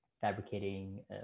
fabricating